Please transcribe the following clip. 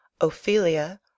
Ophelia